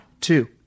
two